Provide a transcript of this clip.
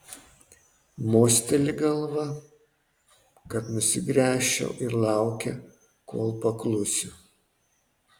mosteli galva kad nusigręžčiau ir laukia kol paklusiu